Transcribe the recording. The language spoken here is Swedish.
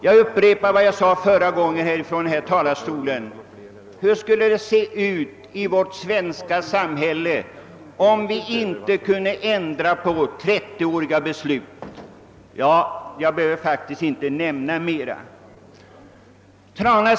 Jag upprepar vad jag tidigare har sagt: Hur skulle det se ut i vårt samhälle om vi inte kunde ändra på 30-åriga beslut? Jag behöver inte säga mer.